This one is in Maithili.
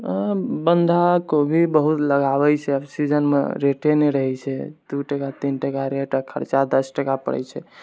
आँ बन्धा कोबी बहुत लगाबै छै सीजनमे रेटे नहि रहै छै दू टाका तीन टाका रेट आओर खर्चा दस टाका पड़ै छै